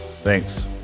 Thanks